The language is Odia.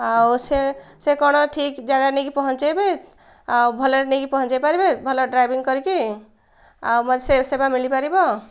ଆଉ ସେ ସେ କ'ଣ ଠିକ୍ ଜାଗାରେ ନେଇକି ପହଞ୍ଚାଇବେ ଆଉ ଭଲରେ ନେଇକି ପହଞ୍ଚାଇ ପାରିବେ ଭଲ ଡ୍ରାଇଭିଂ କରିକି ଆଉ ମୋତେ ସେ ସେବା ମିିଳିପାରିବ